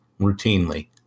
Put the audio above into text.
routinely